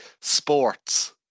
sports